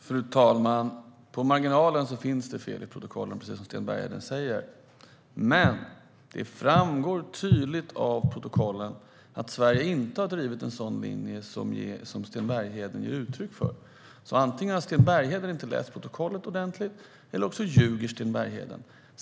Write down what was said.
Fru talman! På marginalen finns det fel i protokollen, precis som Sten Bergheden säger. Men det framgår tydligt av protokollen att Sverige inte har drivit en sådan linje som Sten Bergheden ger uttryck för. Antingen har Sten Bergheden inte läst protokollen ordentligt eller också ljuger Sten Bergheden.